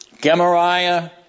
Gemariah